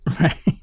Right